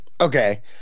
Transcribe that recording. Okay